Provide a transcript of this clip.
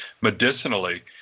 medicinally